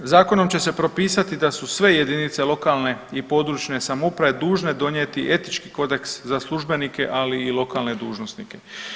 Zakonom će se propisati da su sve jedinice lokalne i područne samouprave dužne donijeti Etički kodeks za službenike, ali i lokalne dužnosnike.